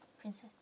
Princess